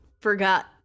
forgot